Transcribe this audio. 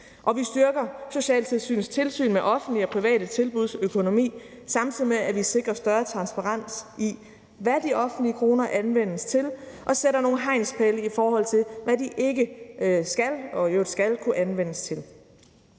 Og vi styrker socialtilsynets tilsyn med offentlige og private tilbuds økonomi, samtidig med at vi sikrer større transparens i, hvad de offentlige kroner anvendes til, og sætter nogle hegnspæle, i forhold til hvad de i øvrigt ikke skal og skal kunne anvendes til.